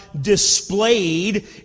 displayed